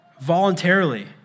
voluntarily